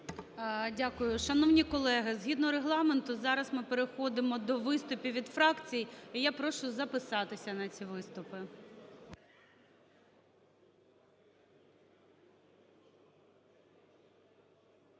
Дякую. Шановні колеги, згідно Регламенту, зараз ми переходимо до виступів від фракцій, і я прошу записатися на ці виступи.